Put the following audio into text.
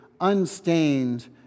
unstained